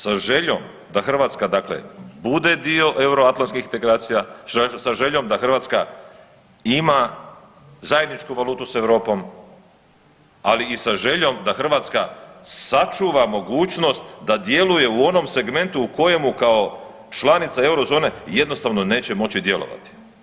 Sa željom da Hrvatska bude dio euroatlantskih integracija, sa željom da Hrvatska ima zajedničku valutu sa Europom, ali i sa željom da Hrvatska sačuva mogućnosti da djeluje u onom segmentu u kojemu kao članica eurozone jednostavno neće moći djelovati.